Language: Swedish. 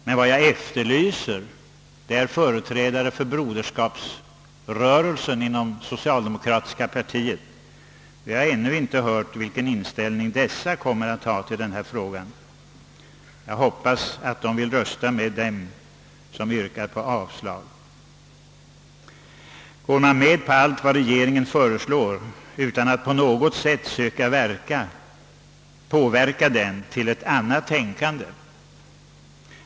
Men jag efterlyser inställningen till denna fråga hos företrädarna för broderskapsrörelsen inom det socialdemokratiska partiet; därom har vi ännu inte hört någonting. Jag hoppas att de skall rösta med dem som yrkar på avslag. Eller går man med på allt vad regeringen föreslår utan att på något sätt söka påverka den till ett annat tänkande?